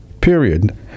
Period